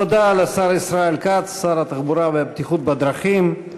תודה לשר ישראל כץ, שר התחבורה והבטיחות בדרכים.